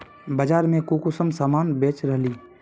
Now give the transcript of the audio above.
बाजार में कुंसम सामान बेच रहली?